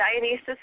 Dionysus